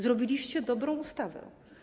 Zrobiliście dobrą ustawę.